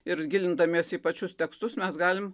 ir gilindamiesi į pačius tekstus mes galim